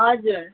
हजुर